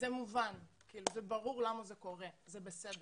זה ברור למה זה קורה וזה בסדר,